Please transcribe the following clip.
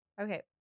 Okay